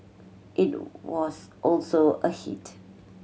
it was also a hit